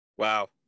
Wow